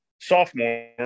sophomore